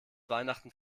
weihnachten